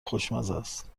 خوشمزست